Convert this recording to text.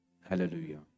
hallelujah